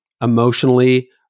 emotionally